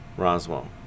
Roswell